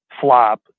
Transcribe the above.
flop